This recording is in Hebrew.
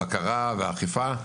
בקרה ואכיפה.